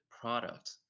product